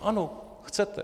Ano, chcete.